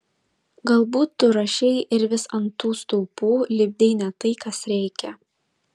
galbūt tu rašei ir vis ant tų stulpų lipdei ne tai kas reikia